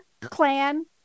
clan